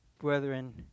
Brethren